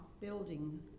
building